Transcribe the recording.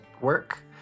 work